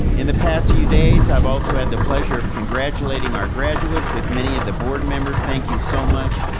in the past few days i've also had the pleasure of congratulating our graduates with many of the board members, thank you so much.